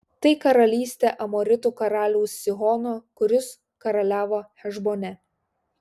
tai karalystė amoritų karaliaus sihono kuris karaliavo hešbone